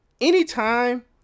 anytime